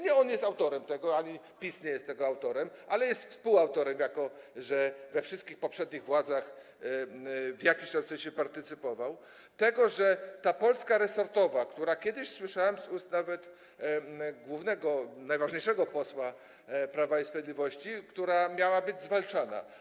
Nie on jest autorem ani PiS nie jest autorem, ale jest współautorem, jako że we wszystkich poprzednich władzach w jakimś tam sensie partycypował, tego, że ta Polska resortowa, jak nawet kiedyś słyszałem z ust głównego, najważniejszego posła Prawa i Sprawiedliwości, miała być zwalczana.